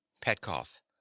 Petkoff